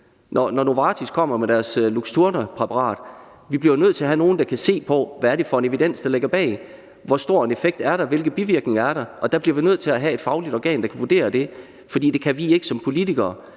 Når Novartis kommer med deres Luxturnapræparat, bliver vi jo nødt til at have nogle, der kan se på, hvad det er for en evidens, der ligger bag. Altså, hvor stor en effekt er der? Hvilke bivirkninger er der? Og der bliver vi nødt til at have et fagligt organ, der kan vurdere det, for det kan vi ikke som politikere.